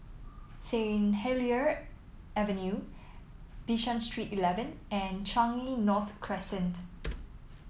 Saint Helier Avenue Bishan Street Eleven and Changi North Crescent